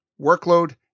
workload